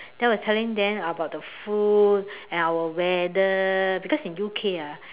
then I was telling them about the food and our weather because in U_K ah